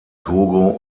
togo